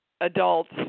adults